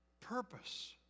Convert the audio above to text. Purpose